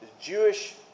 Jewish